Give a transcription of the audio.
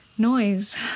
noise